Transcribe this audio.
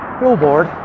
billboard